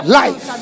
life